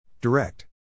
Direct